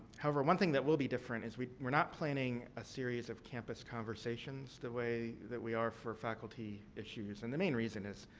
however, one thing that will be different is we're not planning a series of campus conversations the way that we are for faculty issues. and, the main reason is,